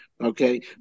Okay